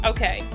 Okay